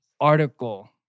article